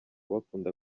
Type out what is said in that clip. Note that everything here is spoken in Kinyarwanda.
bakunda